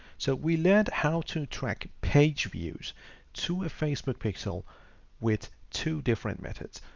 so we learned how to track pageviews to a facebook pixel with two different methods,